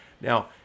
now